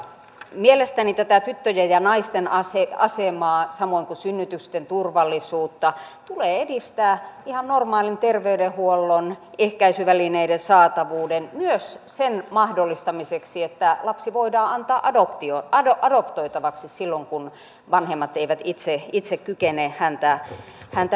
mielestäni tyttöjen ja naisten asemaa samoin kuin synnytysten turvallisuutta tulee edistää ihan normaalin terveydenhuollon ehkäisyvälineiden saatavuuden myös sen mahdollistamiseksi että lapsi voidaan antaa adoptoitavaksi silloin kun vanhemmat eivät itse kykene häntä pitämään